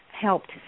helped